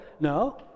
No